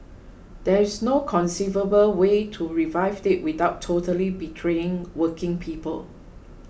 there is no conceivable way to revive it without totally betraying working people